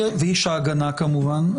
ואיש ההגנה כמובן.